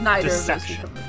deception